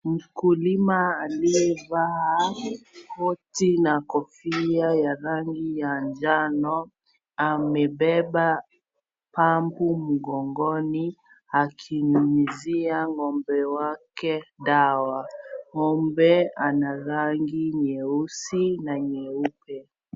Mkulima aliyevaa koti na kofia ya rangi ya njano amebeba pampu mgongoni akinyunyisia ng'ombe wake dawa. Ng'ombe ana rangi nyeusi na nyeupe.